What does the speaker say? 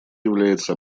является